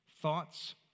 thoughts